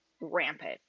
rampant